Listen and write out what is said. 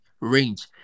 range